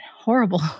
horrible